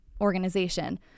organization